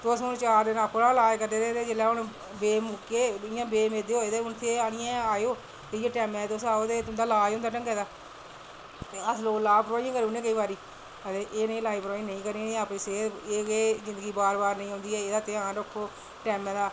तुस चार दिन अपना गै इलाज करदे रेह् ते जिसलै बेमेदे होए ओ ते हून इत्थें आए ओ इयां टैमें दे तुस आओ ते तुंदा इलाज होंदा ढंगे दा अस लोग लापरवाहियां करी ओड़ने कुसै बेल्लै ते एह् जेहियां लापरवाहियां नी करना चाही दियां ते अपनी सेह्त जिंदगा बार बार नी औंदी एह्दा ध्यान रक्खो